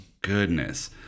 Goodness